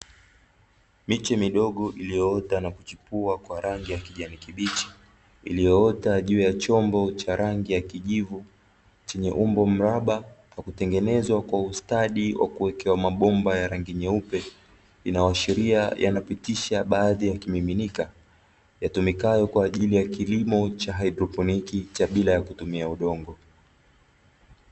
Miche midogo iliyoota na kuchipua kwa rangi ya kijani kibichi, iliyoota juu ya chombo cha rangi ya kijivu chenye umbo mraba kwa kutengenezwa kwa ustadi wa kuwekewa mabomba ya rangi nyeupe, inayoashiria inapitisha baadhi ya kimiminika yatumikayo kwa ajili ya kilimo cha haidroponiki cha bila ya kutumia udongo.